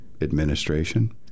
administration